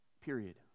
Period